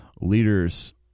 leaders